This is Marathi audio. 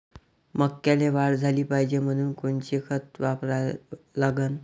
मक्याले वाढ झाली पाहिजे म्हनून कोनचे खतं वापराले लागन?